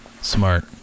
smart